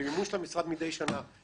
במימון של המשרד מדי שנה,